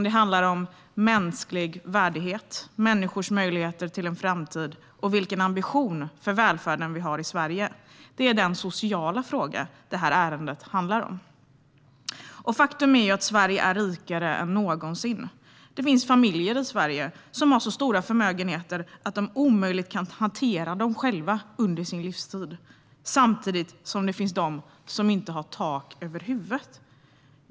Det handlar om mänsklig värdighet, människors möjligheter till en framtid och vilken ambition vi har för välfärden i Sverige. Det är den sociala fråga som detta ärende handlar om. Faktum är att Sverige är rikare än någonsin. Det finns familjer i Sverige som har så stora förmögenheter att de omöjligt kan hantera dem själva under sin livstid, samtidigt som det finns de som inte har tak över huvudet.